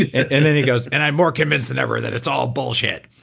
and then he goes, and i'm more convinced than ever that it's all bullshit.